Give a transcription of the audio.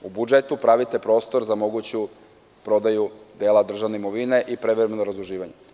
U budžetu pravite prostor za moguću prodaju dela državne imovine i prevremeno razduživanje.